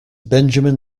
benjamin